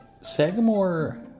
Sagamore